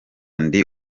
ndi